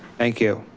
thank you,